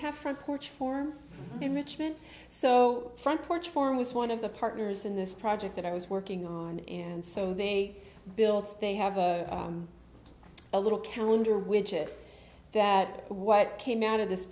have front porch for enrichment so front porch form was one of the partners in this project that i was working on and so they built they have a a little calendar widget that what came out of this